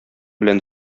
белән